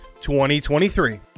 2023